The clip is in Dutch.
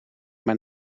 mijn